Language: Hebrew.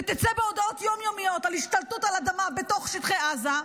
ותצא בהודעות יום-יומיות על השתלטות על אדמה בתוך שטחי עזה,